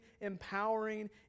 empowering